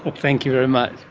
ah thank you very much.